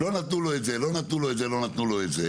לא, בבסיס וועדה מקומית נותנת את השומה.